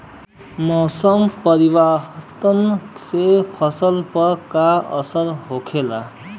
मौसम परिवर्तन से फसल पर का असर होखेला?